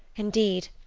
indeed,